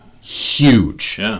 huge